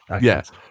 yes